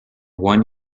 one